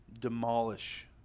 demolish